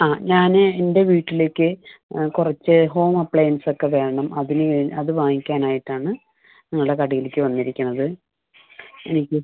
ആ ഞാൻ എൻ്റെ വീട്ടിലേക്ക് കുറച്ച് ഹോം അപ്ലയൻസ് ഒക്കെ വേണം അതിന് അത് വാങ്ങിക്കാനായിട്ട് ആണ് നിങ്ങളുടെ കടയിലേക്ക് വന്നിരിക്കുന്നത് എനിക്ക്